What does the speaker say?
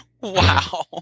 Wow